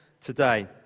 today